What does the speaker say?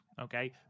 okay